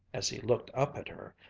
as he looked up at her,